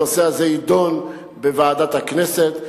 הנושא הזה יידון בוועדת הכנסת,